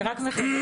אני רק מחדדת,